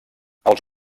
als